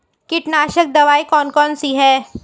कीटनाशक दवाई कौन कौन सी हैं?